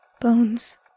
Bones